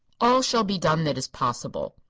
all shall be done that is possible.